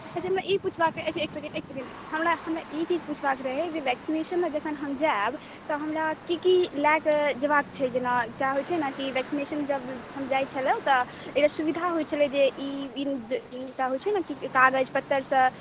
अच्छा हमरा ई पुछबाक अछि एक सेकण्ड एक सेकण्ड हमरा हमरा ई चीज पुछबाक रहै जे वेक्सिनेशन ला जखन हम जायब तऽ हमरा की की लऽ कऽ जयबाक छै जेना एकटा होइत छै ने कि वेक्सिनेशन जब हम जाइत छलहुँ तऽ एकटा सुविधा होइत छलै ई एकटा होइत छै ने कागज पत्तर सब